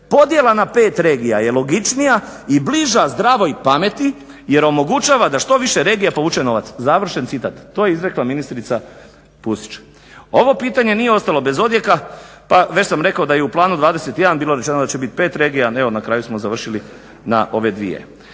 Podjela na pet regija je logičnija i bliža zdravoj pameti jer omogućava da što više regija povuče novac", završen citat. To je izrekla ministrica Pusić. Ovo pitanje nije ostalo bez odjeka pa već sam rekao da je u Planu 21 bilo rečeno da će biti 5 regija, a evo na kraju smo završili na ove dvije.